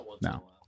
No